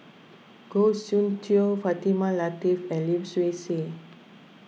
Goh Soon Tioe Fatimah Lateef and Lim Swee Say